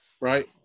right